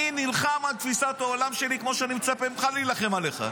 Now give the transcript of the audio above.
אני נלחם על תפיסת העולם שלי כמו שאני מצפה ממך להילחם עליה.